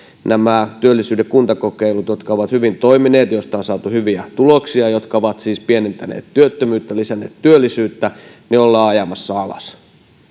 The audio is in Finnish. työllisyyden kuntakokeilut jotka ovat hyvin toimineet joista on saatu hyviä tuloksia jotka ovat siis pienentäneet työttömyyttä lisänneet työllisyyttä ollaan ajamassa alas